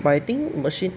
but I think machine